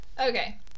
Okay